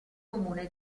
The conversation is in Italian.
comune